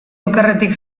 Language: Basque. okerretik